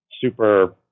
super